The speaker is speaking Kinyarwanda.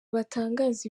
batangaza